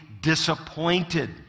disappointed